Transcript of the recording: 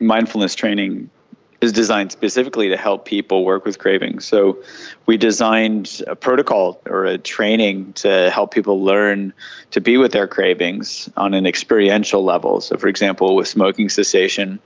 mindfulness training is designed specifically to help people work with cravings. so we designed a protocol or a training to help people learn to be with their cravings on an experiential level. so, for example, with smoking cessation